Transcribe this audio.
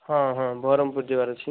ହଁ ହଁ ବରହମ୍ପୁର ଯିବାର ଅଛି